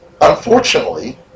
unfortunately